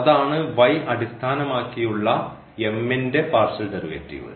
അതാണ് അടിസ്ഥാനമാക്കിയുള്ള ൻറെ പാർഷ്യൽ ഡെറിവേറ്റീവ്